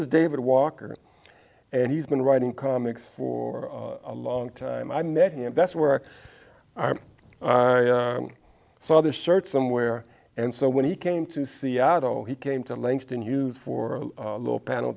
is david walker and he's been writing comics for a long time i met him that's where i saw the shirts somewhere and so when he came to seattle he came to langston hughes for a little panel